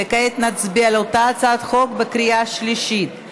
כעת נצביע על אותה הצעת חוק בקריאה השלישית.